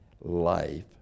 life